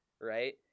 right